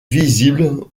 visible